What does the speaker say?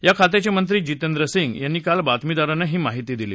या खात्याचे मंत्री जितेंद्र सिंग यांनी काल बातमीदारांना ही माहिती दिली